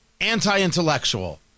anti-intellectual